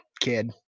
kid